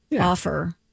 offer